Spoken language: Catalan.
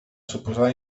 suposada